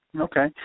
Okay